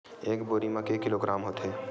एक बोरी म के किलोग्राम होथे?